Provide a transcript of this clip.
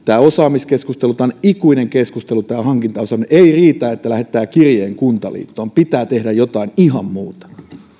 osaamiskeskustelusta tämä hankintaosaaminen on ikuinen keskustelu ei riitä että lähettää kirjeen kuntaliittoon pitää tehdä jotain ihan muuta